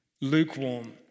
lukewarm